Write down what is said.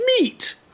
meat